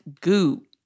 goo